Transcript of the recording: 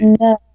No